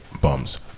Bums